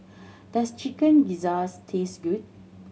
does Chicken Gizzard taste good